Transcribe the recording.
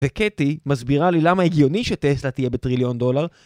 וקטי מסבירה לי למה הגיוני שטסטה תהיה בטריליון דולר